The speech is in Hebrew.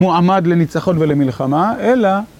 מועמד לניצחון ולמלחמה, אלא...